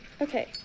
Okay